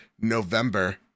November